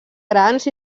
grans